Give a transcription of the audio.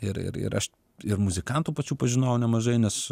ir ir ir aš ir muzikantų pačių pažinojau nemažai nes